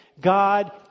God